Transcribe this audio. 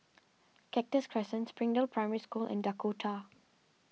Cactus Crescent Springdale Primary School and Dakota